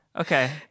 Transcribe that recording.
okay